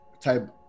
type